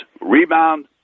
rebound